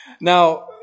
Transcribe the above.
Now